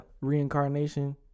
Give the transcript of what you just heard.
reincarnation